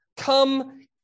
come